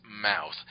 mouth